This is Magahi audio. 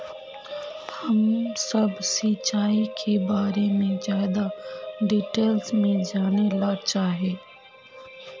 हम सब सिंचाई के बारे में ज्यादा डिटेल्स में जाने ला चाहे?